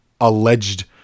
alleged